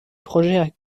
projets